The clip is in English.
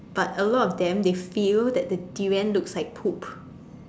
but a lot of them they feel that the durian looks like poop